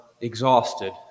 exhausted